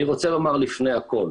אני רוצה לומר לפני הכול,